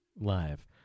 live